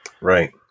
right